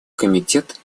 комитет